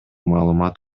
маалымат